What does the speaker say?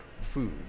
food